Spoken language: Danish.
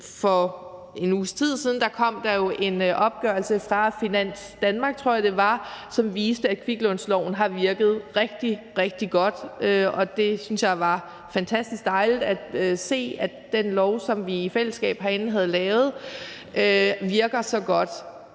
For en uges tid siden kom der jo en opgørelse fra Finans Danmark – tror jeg det var – som viste, at kviklånsloven har virket rigtig, rigtig godt, og jeg synes, at det var fantastisk dejligt at se, at den lov, som vi i fællesskab herinde har lavet, virker så godt.